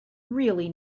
really